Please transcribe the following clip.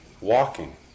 walking